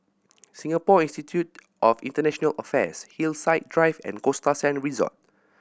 Singapore Institute of International Affairs Hillside Drive and Costa Sands Resort